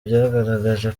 byagaragaje